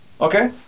Okay